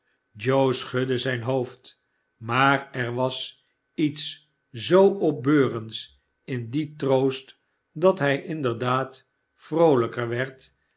joe schudde zijn hoofd maar er was iets zoo opbeurends in djen troost dat hij inderdaad vroolijker werd